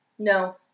No